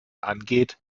angeht